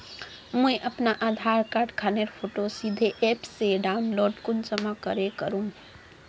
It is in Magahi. मुई अपना आधार कार्ड खानेर फोटो सीधे ऐप से डाउनलोड कुंसम करे करूम?